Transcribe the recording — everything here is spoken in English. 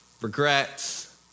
regrets